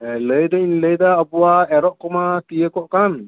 ᱞᱟᱹᱭ ᱫᱚᱧ ᱞᱟᱹᱭᱮᱫᱟ ᱟᱵᱚᱣᱟᱜ ᱮᱨᱚᱜ ᱠᱚᱢᱟ ᱛᱤᱭᱳᱜᱚ ᱠᱟᱱ